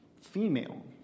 female